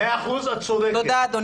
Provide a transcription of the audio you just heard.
מאה אחוז, את צודקת.